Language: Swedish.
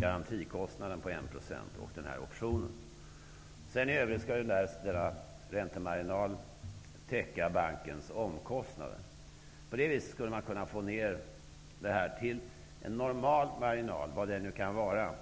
garantikostnaden på 1 % och optionen. För det tredje skulle denna räntemarginal täcka bankens omkostnader. På det sättet skulle man kunna få ner marginalen till en normal nivå -- vad det nu kan vara.